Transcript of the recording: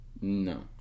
No